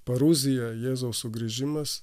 paruzija jėzaus sugrįžimas